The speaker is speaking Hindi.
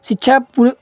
शिक्षा पूरे